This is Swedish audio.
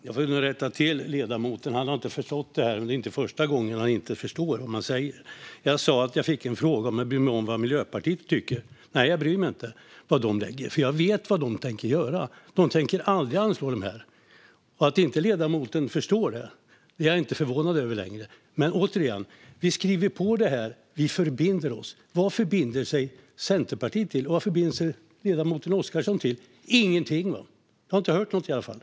Herr ålderspresident! Jag får nog rätta ledamoten. Han har inte förstått det här, och det är inte första gången han inte förstår vad man säger. Jag sa att jag fick en fråga om vad Miljöpartiet tycker. Men jag bryr mig inte om vad de lägger, för jag vet vad de tänker göra. De tänker aldrig anslå det här. Att inte ledamoten förstår det är jag inte längre förvånad över. Återigen: Vi skriver på och förbinder oss till det här. Vad förbinder sig Centerpartiet till, och vad förbinder sig ledamoten Oscarsson till? Ingenting! Jag har i varje fall inte hört något.